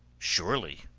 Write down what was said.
surely,